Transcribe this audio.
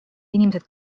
inimesed